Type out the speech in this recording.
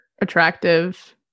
attractive